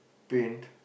paint